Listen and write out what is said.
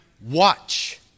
watch